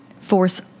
Force